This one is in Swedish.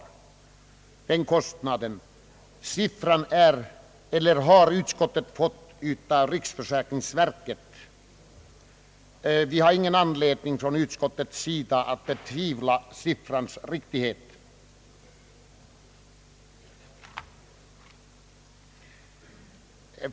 Siffran har utskottet fått av riksförsäkringsverket, och vi har inom utskottet ingen anledning att betvivla dess riktighet.